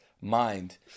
mind